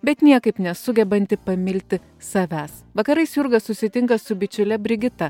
bet niekaip nesugebanti pamilti savęs vakarais jurga susitinka su bičiule brigita